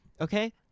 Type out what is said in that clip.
okay